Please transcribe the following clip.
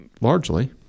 largely